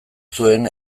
zuen